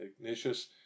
Ignatius